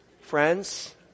friends